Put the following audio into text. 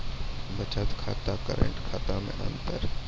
बचत खाता करेंट खाता मे अंतर?